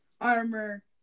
armor